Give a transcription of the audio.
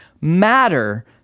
matter